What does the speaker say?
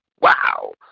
Wow